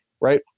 Right